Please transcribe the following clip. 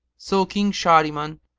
so king shahriman,